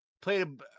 played